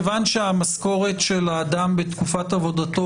מכיוון שהמשכורת של האדם בתקופת עבודתו